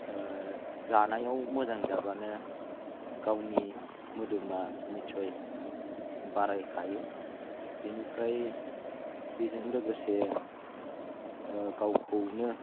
जानायाव मोजां जाब्लानो गावनि मोदोमा निस्सय बारायखायो बिनिफ्राय बेजों लोगोसे गावखौनो